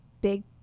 big